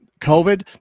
COVID